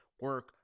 Work